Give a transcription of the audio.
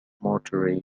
mortuary